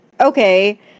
okay